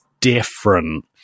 different